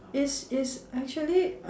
it's it's actually